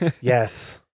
Yes